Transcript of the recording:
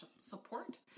support